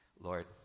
lord